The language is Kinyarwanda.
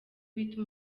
bita